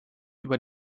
über